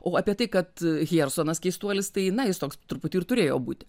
o apie tai kad hjersonas keistuolis tai na jis toks truputį ir turėjo būti